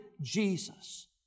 Jesus